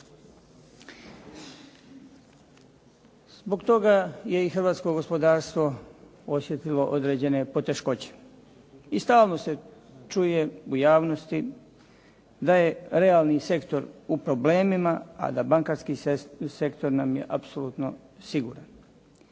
Zbog toga je i hrvatsko gospodarstvo osjetilo određene poteškoće i stalno se čuje u javnosti da je realni sektor u problemima a da bankarski sektor nam je apsolutno siguran.